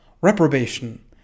reprobation